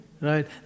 right